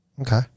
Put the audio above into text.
Okay